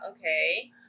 okay